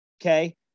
okay